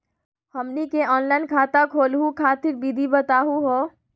हमनी के ऑनलाइन खाता खोलहु खातिर विधि बताहु हो?